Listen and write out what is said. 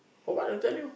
for what I tell you